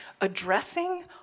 addressing